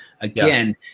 again